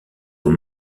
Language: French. aux